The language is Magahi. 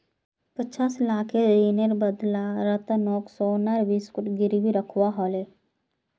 पचास लाखेर ऋनेर बदला रतनक सोनार बिस्कुट गिरवी रखवा ह ले